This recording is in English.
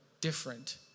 different